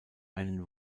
einen